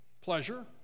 pleasure